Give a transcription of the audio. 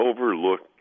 overlooked